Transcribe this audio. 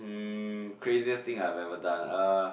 um craziest thing I have ever done ah uh